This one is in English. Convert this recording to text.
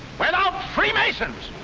without freemasons!